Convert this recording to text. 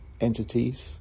entities